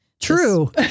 true